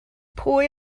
pwy